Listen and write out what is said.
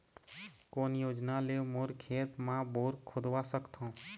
कोन योजना ले मोर खेत मा बोर खुदवा सकथों?